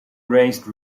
raised